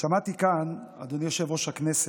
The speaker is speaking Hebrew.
שמעתי כאן, אדוני יושב-ראש הכנסת,